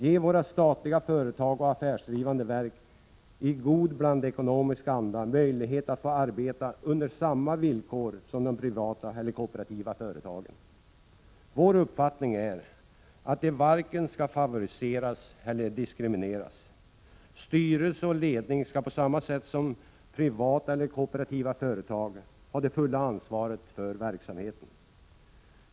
Ge våra statliga företag och affärsdrivande verk i god blandekonomisk anda möjlighet att få arbeta under samma villkor som de privata eller kooperativa företagen. Vår uppfattning är att de varken skall favoriseras eller diskrimineras. Styrelse och ledning skall på samma sätt som i privata eller kooperativa företag ha det fulla ansvaret för verksamheten.